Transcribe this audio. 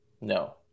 No